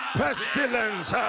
pestilence